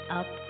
up